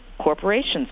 Corporations